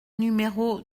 numéro